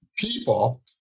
people